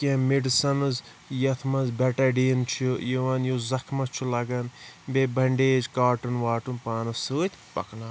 کینٛہہ میٚڈِسَنٕز یَتھ منٛز بیٚٹَڈیٖن چھُ یِوان یُس زَخمَس چھُ لَگن بیٚیہ بَنڑیج کاٹن واٹِن پانَس سۭتۍ پَکناوُن